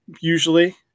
usually